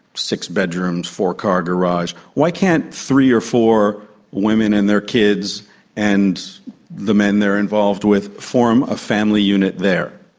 six bedrooms, four-car garage. why can't three or four women and their kids and the men they're involved with form a family unit there,